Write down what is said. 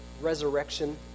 resurrection